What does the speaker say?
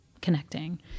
connecting